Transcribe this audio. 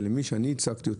ולמי שאני הצגתי אותו,